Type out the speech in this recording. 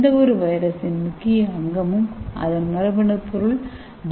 எந்தவொரு வைரஸின் முக்கிய அங்கமும் அதன் மரபணு பொருள் டி